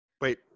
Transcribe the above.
Wait